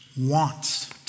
wants